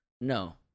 No